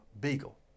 Beagle